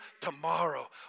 tomorrow